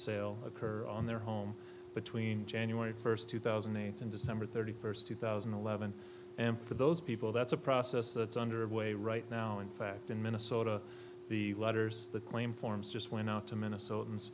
sale occur on their home between january first two thousand and eight and december thirty first two thousand and eleven and for those people that's a process that's underway right now in fact in minnesota the letters the claim forms just went out to minnesotans